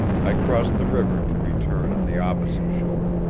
i crossed the river to return on the opposite shore,